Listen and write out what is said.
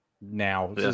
now